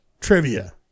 trivia